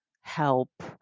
help